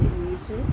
cherish